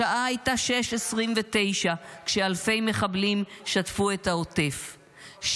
השעה הייתה 6:29 כשאלפי מחבלים שטפו את העוטף,